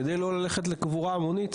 כדי לא ללכת לקבורה המונית,